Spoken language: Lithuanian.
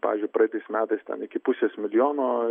pavyzdžiui praeitais metais iki pusės milijono